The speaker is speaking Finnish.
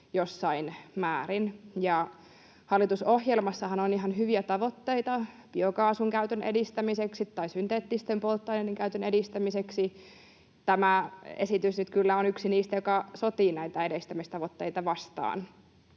jossain määrin. Hallitusohjelmassahan on ihan hyviä tavoitteita biokaasun käytön edistämiseksi tai synteettisten polttoaineiden käytön edistämiseksi. Tämä esitys nyt kyllä on yksi niistä, jotka sotivat näitä edistämistavoitteita vastaan,